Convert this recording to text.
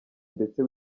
ndetse